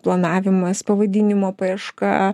planavimas pavadinimo paieška